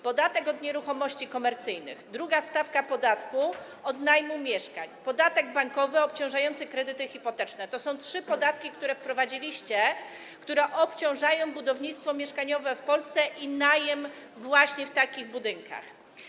Podatek od nieruchomości komercyjnych, druga stawka podatku od najmu mieszkań, podatek bankowy obciążający kredyty hipoteczne - to są trzy podatki, które wprowadziliście, które obciążają budownictwo mieszkaniowe w Polsce i najem w takich budynkach.